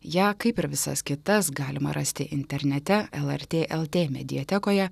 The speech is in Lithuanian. ją kaip ir visas kitas galima rasti internete lrt lrt mediatekoje